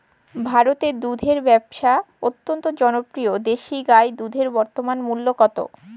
ভারতে দুধের ব্যাবসা অত্যন্ত জনপ্রিয় দেশি গাই দুধের বর্তমান মূল্য কত?